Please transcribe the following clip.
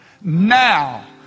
now